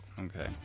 Okay